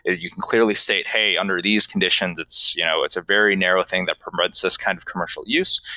you can clearly state, hey, under these conditions, it's you know it's a very narrow thing that promotes this kind of commercial use.